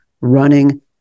running